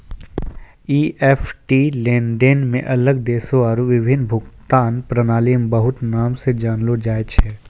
EFT लेनदेन के अलग देशो आरु विभिन्न भुगतान प्रणाली मे बहुते नाम से जानलो जाय छै